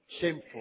shameful